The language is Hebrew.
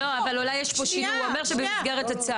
אבל הוא אומר שיש להם במסגרת הצו.